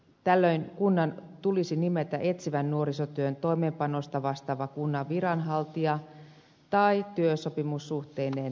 tällöin kunnan tulisi nimetä etsivän nuorisotyön toimeenpanosta vastaava kunnan viranhaltija tai työsopimussuhteinen henkilö